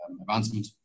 Advancement